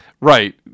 Right